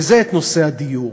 וזה נושא הדיור.